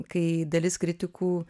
kai dalis kritikų